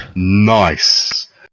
nice